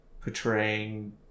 portraying